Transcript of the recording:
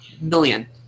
Million